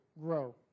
grow